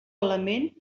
element